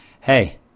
hey